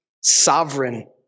sovereign